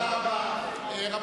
תודה רבה.